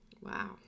wow